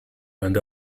went